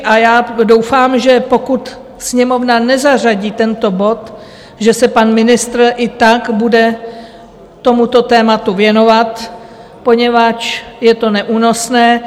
A já doufám, že pokud Sněmovna nezařadí tento bod, že se pan ministr i tak bude tomuto tématu věnovat, protože je to neúnosné.